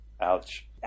Ouch